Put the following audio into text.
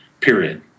period